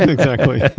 exactly